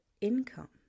income